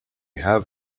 have